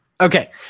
Okay